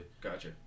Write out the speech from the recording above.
Gotcha